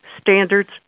standards